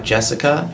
Jessica